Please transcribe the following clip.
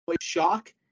shock